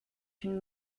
une